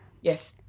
Yes